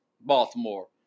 Baltimore